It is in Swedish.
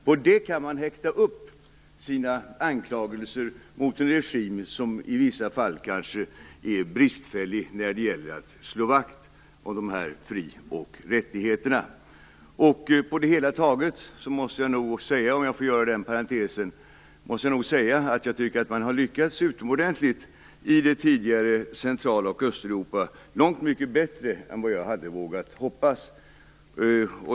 På detta kan man häkta upp sina anklagelser mot en regim som i vissa fall är bristfällig när det gäller att slå vakt om fri och rättigheterna. Om jag får göra en liten parentes, vill jag säga att jag tycker att man har lyckats långt mycket bättre i det tidigare Central och Östeuropa än vad jag hade vågat hoppas.